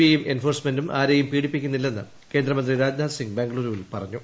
ഐയും എൻഫോഴ്സ്മെന്റും ആരെയും പീഡിപ്പിക്കുന്നില്ലെന്ന് കേന്ദ്രമന്ത്രി രാജ്നാഥ്സിംഗ് ബംഗളുരുവിൽ പറഞ്ഞു